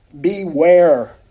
Beware